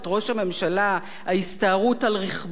ההסתערות על רכבו בהפגנה פרועה,